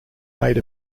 made